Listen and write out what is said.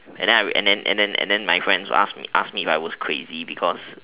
and then I way and then and then and then my friends ask me ask me if I was crazy because